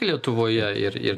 lietuvoje ir ir